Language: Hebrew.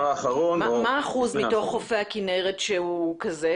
מה האחוז מתוך חופי הכנרת הוא כזה,